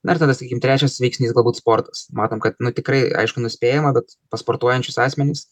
na ir tada sakykim trečias veiksnys galbūt sportas matom kad nu tikrai aišku nuspėjama bet pas sportuojančius asmenis